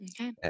Okay